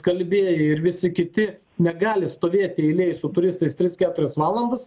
skalbėjai ir visi kiti negali stovėti eilėj su turistais tris keturias valandas